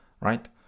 right